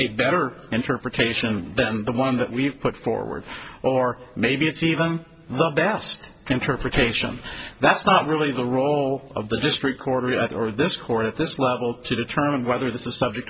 a better interpretation than the one that we've put forward or maybe it's even the best interpretation that's not really the role of the district court or this court at this level to determine whether this is subject